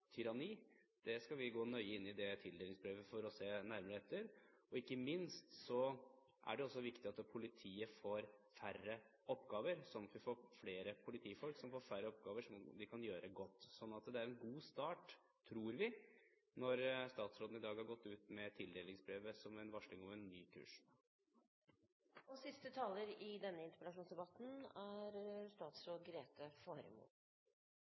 Vi skal gå nøye inn i tildelingsbrevet for å se nærmere etter. Og ikke minst er det viktig at politiet får færre oppgaver, sånn at vi får flere politifolk som får færre oppgaver, som de kan gjøre godt. Det er en god start – tror vi – når statsråden i dag har gått ut med tildelingsbrevet som en varsling om en ny kurs.